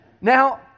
Now